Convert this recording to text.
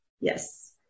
Yes